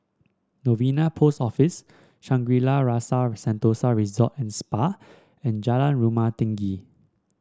Novena Post Office Shangri La's Rasa Sentosa Resort and Spa and Jalan Rumah Tinggi